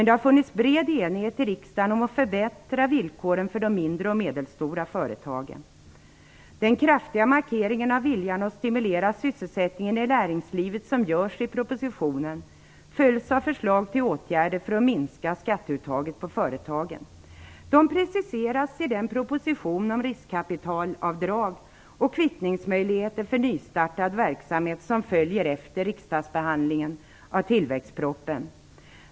Det har funnits en bred enighet i riksdagen om att förbättra villkoren för de mindre och medelstora företagen. Den kraftiga markering av viljan att stimulera sysselsättningen i näringslivet som görs i propositionen följs av förslag till åtgärder för att minska skatteuttaget på företagen. De preciseras i den proposition om riskkapitalavdrag och kvittningsmöjligheter för nystartad verksamhet som följer efter riksdagsbehandlingen av tillväxtpropositionen.